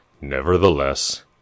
Nevertheless